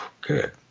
Good